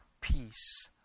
peace